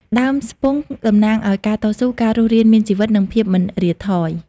ដើមស្ពង់តំណាងឲ្យ ការតស៊ូ ការរស់រានមានជីវិត និងភាពមិនរាថយ។